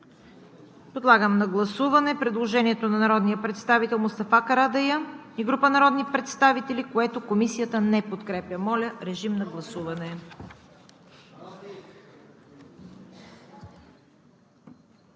Подлагам на гласуване предложението на народния представител Мустафа Карадайъ и група народни представители, което Комисията не подкрепя. Гласували